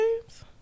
games